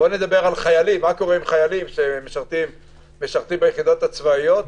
מה קורה עם חיילים שמשרתים ביחידות הצבאיות?